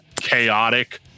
chaotic